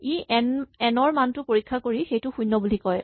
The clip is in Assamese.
ই এন ৰ মানটো পৰীক্ষা কৰি সেইটো শূণ্য বুলি কয়